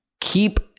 keep